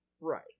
Right